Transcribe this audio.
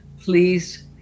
Please